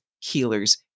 healers